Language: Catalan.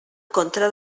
contra